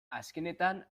azkenetan